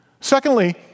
Secondly